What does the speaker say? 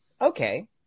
okay